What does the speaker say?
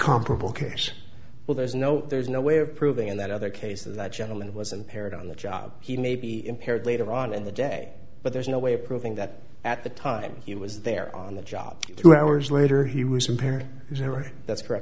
comparable case well there's no there's no way of proving in that other cases that gentleman was impaired on the job he may be impaired later on in the day but there's no way of proving that at the time he was there on the job two hours later he was impaired is that